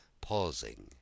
pausing